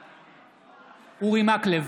בעד אורי מקלב,